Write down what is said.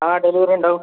ആ ഡെലിവറി ഉണ്ടാവും